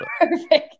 Perfect